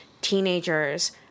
teenagers